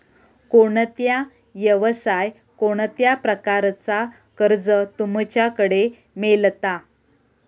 कोणत्या यवसाय कोणत्या प्रकारचा कर्ज तुमच्याकडे मेलता?